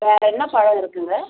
வேறு என்ன பழம் இருக்குதுங்க